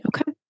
Okay